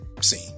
scene